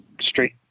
straight